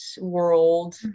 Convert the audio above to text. world